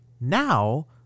Now